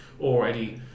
already